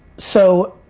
so,